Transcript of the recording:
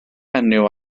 enw